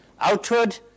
outward